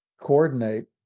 coordinate